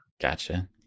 Gotcha